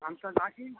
আমি তাহলে রাখি